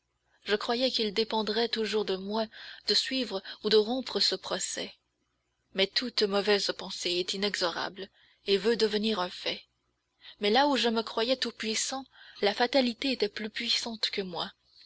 je croyais qu'il dépendrait toujours de moi de suivre ou de rompre ce procès mais toute mauvaise pensée est inexorable et veut devenir un fait mais là où je me croyais tout-puissant la fatalité était plus puissante que moi